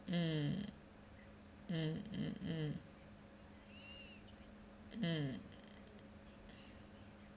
mm mm mm mm mm